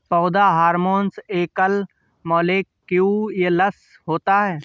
पौधा हार्मोन एकल मौलिक्यूलस होता है